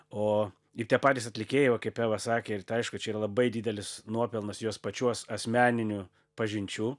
o ir tie patys atlikėjai va kaip eva sakė ir tai aišku čia yra labai didelis nuopelnas jos pačios asmeninių pažinčių